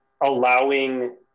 allowing